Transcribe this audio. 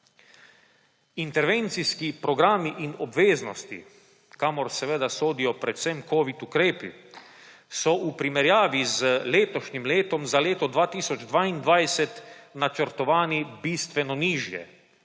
Intervencijski programi in obveznosti, kamor seveda sodijo predvsem covid ukrepi, so v primerjavi z letošnjim letom za leto 2022 načrtovani bistveno nižje,